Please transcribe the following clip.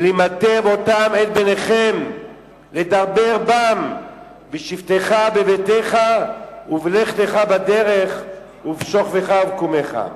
ולימדתם אותם את בניכם לדבר בם בשבתך בביתך ובלכתך בדרך ובשוכבך ובקומך.